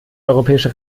europäische